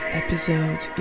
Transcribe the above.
episode